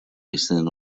izen